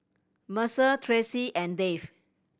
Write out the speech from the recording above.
Mercer Tracee and Dave